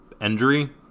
injury